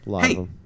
Hey